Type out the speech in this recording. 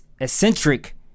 eccentric